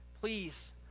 please